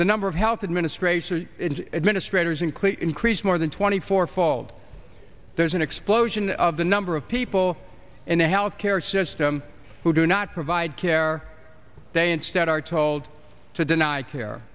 the number of health administration administrators included increased more than twenty four fold there's an explosion of the number of people in the health care system who do not provide care they instead are told to deny